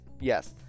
yes